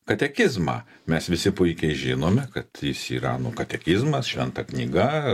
katekizmą mes visi puikiai žinome kad jis yra nu katekizmas šventa knyga